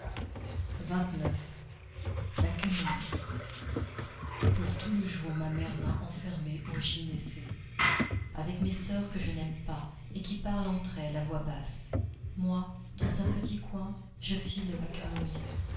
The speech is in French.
la quenouille pour tout le jour ma mère m'a enfermée au gynécée avec mes soeurs que je n'aime pas et qui parlent entre elles à voix basse moi dans un petit coin je file ma quenouille